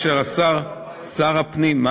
ושר הפנים,